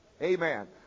Amen